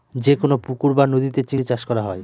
যেকোনো পুকুর বা নদীতে চিংড়ি চাষ করা হয়